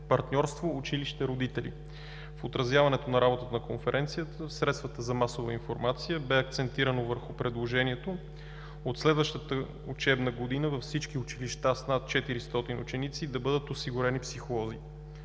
„Партньорство, училище, родители“. В отразяването на работата на конференцията в средствата за масова информация бе акцентирано върху предложението от следващата учебна година във всички училища с над 400 ученици да бъдат осигурени психолози.